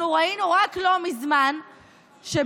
אנחנו ראינו רק לא מזמן שבזמן